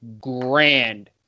Grand